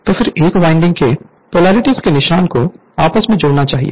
तो फिर एक वाइंडिंग के कोलाइटिस के निशान को आपस में जोड़ना चाहिए